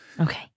Okay